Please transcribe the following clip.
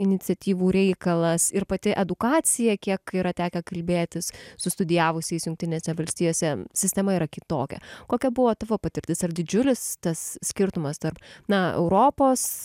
iniciatyvų reikalas ir pati edukacija kiek yra tekę kalbėtis su studijavusiais jungtinėse valstijose sistema yra kitokia kokia buvo tavo patirtis ar didžiulis tas skirtumas tarp na europos